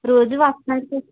రోజు వస్తున్నాడండి